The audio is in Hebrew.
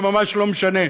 זה ממש לא משנה.